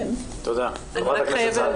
תודה רבה, גברת רזניק.